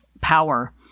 power